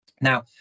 now